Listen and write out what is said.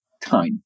time